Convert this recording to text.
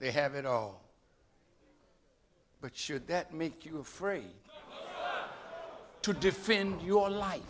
they have it all but should that make you free to defend your life